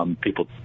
people